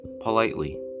politely